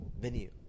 venue